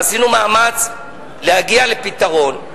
ועשינו מאמץ להגיע לפתרון,